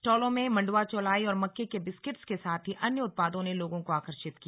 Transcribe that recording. स्टॉलों में मंडुवा चौलाई और मक्के के बिस्कुटों के साथ ही अन्य उत्पादों ने लोगों को आकर्षित किया